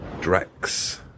Drex